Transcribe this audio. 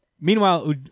Meanwhile